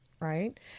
right